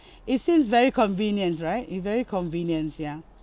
it seems very convenience right it very convenience ya